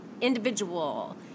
individual